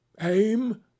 Aim